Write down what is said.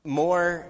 more